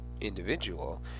individual